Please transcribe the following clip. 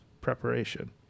preparation